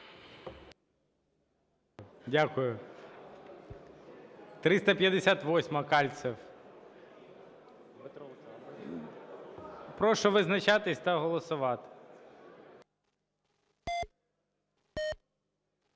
Дякую. 358-а. Кальцев. Прошу визначатися та голосувати.